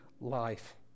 life